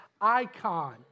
icon